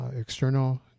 external